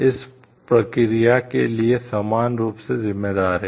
इस प्रक्रिया के लिए समान रूप से जिम्मेदार हैं